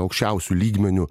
aukščiausiu lygmeniu